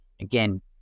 again